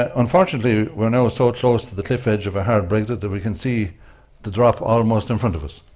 unfortunately we're now so close to the cliff edge of a hard brexit that we can see the drop almost in front of us.